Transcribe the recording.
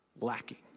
Lacking